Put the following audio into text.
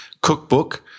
cookbook